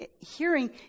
hearing